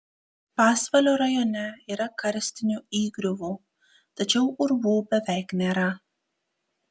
pasvalio rajone yra karstinių įgriuvų tačiau urvų beveik nėra